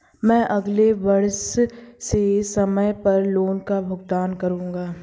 मैं अगले वर्ष से समय पर लोन का भुगतान करूंगा